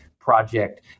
project